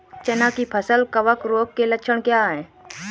चना की फसल कवक रोग के लक्षण क्या है?